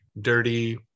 dirty